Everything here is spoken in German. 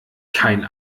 kein